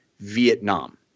vietnam